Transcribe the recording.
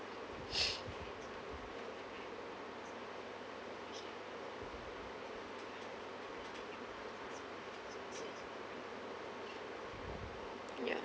ya